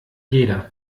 jeder